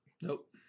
nope